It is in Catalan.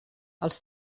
els